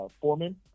Foreman